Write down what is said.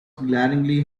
glaringly